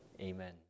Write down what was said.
Amen